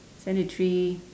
seven to three